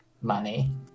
money